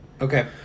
Okay